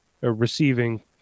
receiving